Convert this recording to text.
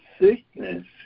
sickness